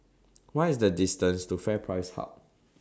What IS The distance to FairPrice Hub